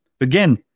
Again